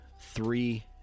three